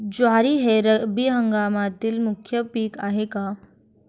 ज्वारी हे रब्बी हंगामातील मुख्य पीक आहे का?